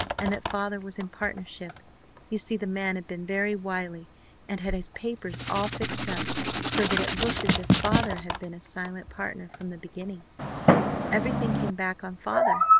and that father was in partnership you see the man had been very wily and had his papers all fixed up so that it looked as if father had been a silent partner from the beginning everything came back on father,